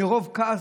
מרוב כעס